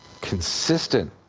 consistent